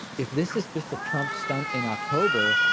if this is just a trump stunt in october,